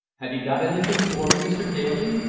have you got anything for me, mr. daly?